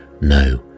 No